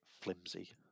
flimsy